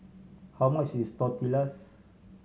how much is Tortillas